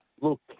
look